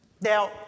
Now